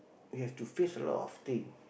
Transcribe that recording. we have to face a lot of thing